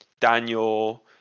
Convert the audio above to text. Daniel